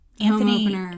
Anthony